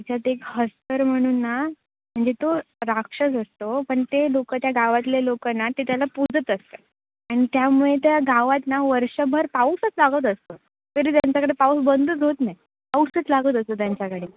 त्याच्यात एक हस्तर म्हणून ना म्हणजे तो राक्षस असतो पण ते लोक त्या गावातले लोक ना ते त्याला पूजत असतात आणि त्यामुळे त्या गावात ना वर्षभर पाऊसच लागत असतो तरी त्यांच्याकडे पाऊस बंदच होत नाही पाऊसच लागत असतो त्यांच्याकडे